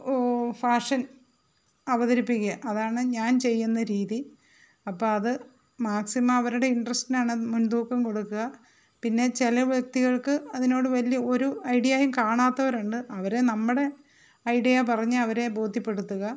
fashion അവതരിപ്പിക്കുക അതാണ് ഞാൻ ചെയ്യുന്ന രീതി അപ്പോൾ അത് മാക്സിമം അവരുടെ ഇൻട്രസ്റ്റിനാണ് മുൻതൂക്കം കൊടുക്കുക പിന്നെ ചില വ്യക്തികൾക്ക് അതിനോട് വലിയ ഒരു ഐഡിയായും കാണാത്തവരുണ്ട് അവരെ നമ്മുടെ ഐഡിയ പറഞ്ഞ് അവരെ ബോധ്യപ്പെടുത്തുക